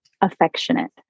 affectionate